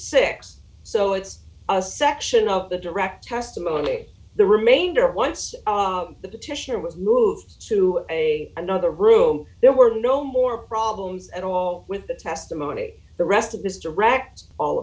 six so it's a section of the direct testimony the remainder once the petition was moved to a another room there were no more problems at all with the testimony the rest of this directs all